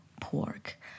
pork